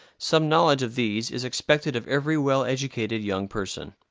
some knowledge of these is expected of every well-educated young person.